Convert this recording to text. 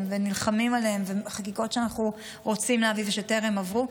ונלחמים עליהם וחקיקות שאנחנו רוצים להביא ושטרם עברו,